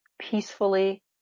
peacefully